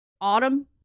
autumn